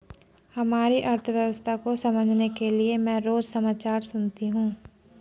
हमारी अर्थव्यवस्था को समझने के लिए मैं रोज समाचार सुनती हूँ